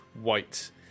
white